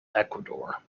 ecuador